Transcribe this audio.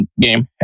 game